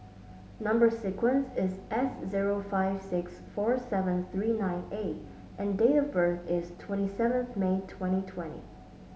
number sequence is S zero five six four seven three nine A and date of birth is twenty seventh May twenty twenty